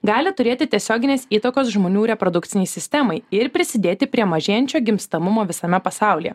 gali turėti tiesioginės įtakos žmonių reprodukcinei sistemai ir prisidėti prie mažėjančio gimstamumo visame pasaulyje